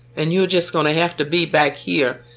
and you're just going to have to be back here.